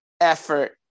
effort